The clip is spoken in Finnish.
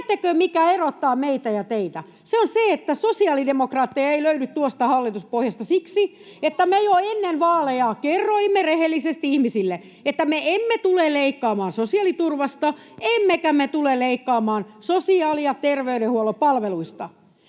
Tiedättekö, mikä erottaa meitä ja teitä? Se on se, että sosiaalidemokraatteja ei löydy tuosta hallituspohjasta siksi, että me jo ennen vaaleja kerroimme rehellisesti ihmisille, että me emme tule leikkaamaan sosiaaliturvasta emmekä me tule leikkaamaan sosiaali- ja terveydenhuollon palveluista.